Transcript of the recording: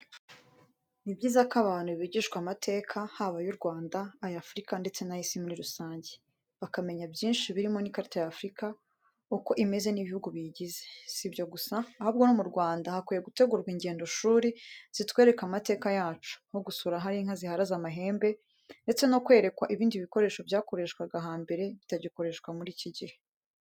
Ni byiza ko abantu bigishwa amateka, haba ay’u Rwanda, ay’Afurika ndetse n’ay’isi muri rusange, bakamenya byinshi birimo n’ikarita y’Afurika, uko imeze n’ibihugu biyigize. Si ibyo gusa, ahubwo no mu Rwanda hakwiye gutegurwa ingendoshuri zitwereka amateka yacu, nko gusura ahari inka ziharaze amahembe, ndetse no kwerekwa ibindi bikoresho byakoresheshwaga hambere bitagikoreshwa muri iki gihe.